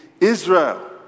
Israel